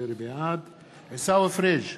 בעד עיסאווי פריג'